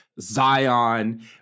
Zion